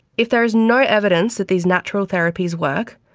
if there is no evidence that these natural therapies work,